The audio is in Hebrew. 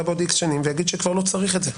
בעוד X שנים ויגיד שכבר לא צריך את זה.